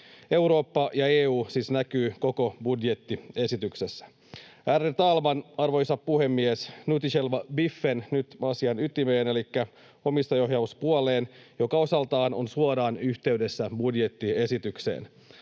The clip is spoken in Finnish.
Eurooppa ja EU siis näkyvät koko budjettiesityksessä. Ärade talman, arvoisa puhemies! Nu till själva biffen, nyt asian ytimeen elikkä omistajaohjauspuoleen, joka osaltaan on suoraan yhteydessä budjettiesitykseen.